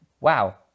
wow